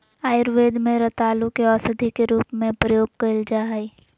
आयुर्वेद में रतालू के औषधी के रूप में प्रयोग कइल जा हइ